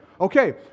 Okay